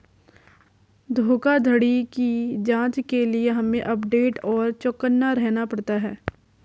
धोखाधड़ी की जांच के लिए हमे अपडेट और चौकन्ना रहना पड़ता है